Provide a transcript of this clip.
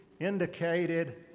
indicated